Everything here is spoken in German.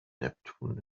neptun